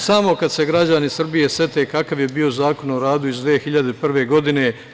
Samo kada se građani Srbije sete kakav je bio Zakon o radu iz 2001. godine.